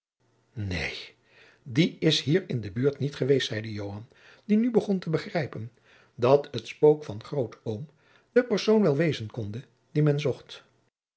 neen die is hier in de buurt niet geweest zeide joan die nu begon te begrijpen dat het spook van grootoom de persoon wel wezen konde die men zocht